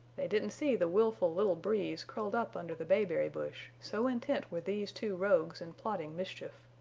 they didn't see the willful little breeze curled up under the bayberry bush, so intent were these two rogues in plotting mischief.